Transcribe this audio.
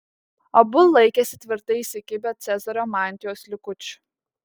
abu laikėsi tvirtai įsikibę cezario mantijos likučių